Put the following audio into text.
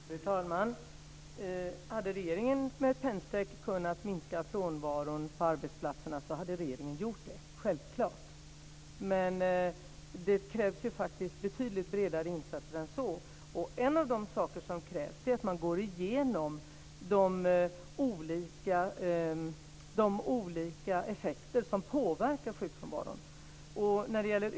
Fru talman! Hade regeringen med ett pennstreck kunnat minska frånvaron på arbetsplatserna hade regeringen självklart gjort det. Men det krävs faktiskt betydligt bredare insatser än så. En av de saker som krävs är att man går igenom de olika saker som påverkar sjukfrånvaron.